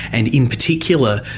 and in particular,